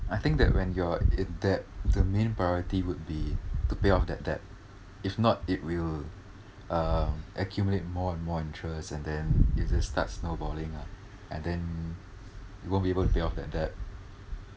I think that when you're in debt the main priority would be to pay off that debt if not it will uh accumulate more and more interest and then if it just starts snowballing lah and then you won't be able to pay off that debt